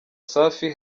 safi